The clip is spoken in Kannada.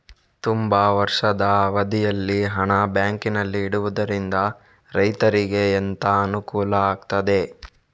ತುಂಬಾ ವರ್ಷದ ಅವಧಿಯಲ್ಲಿ ಹಣ ಬ್ಯಾಂಕಿನಲ್ಲಿ ಇಡುವುದರಿಂದ ರೈತನಿಗೆ ಎಂತ ಅನುಕೂಲ ಆಗ್ತದೆ?